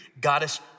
goddess